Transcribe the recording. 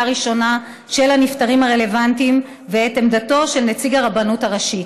ראשונה של הנפטרים הרלוונטיים ואת עמדתו של נציג הרבנות הראשית.